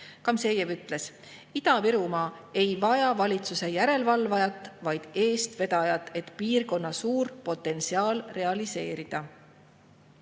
Gamzejev ütles: "Ida-Virumaa ei vaja valitsuse järelevalvajat, vaid eestvedajat, et piirkonna suur potentsiaal realiseerida."